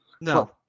No